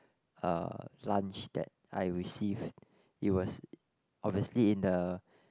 uh lunch that I receive it was obviously in the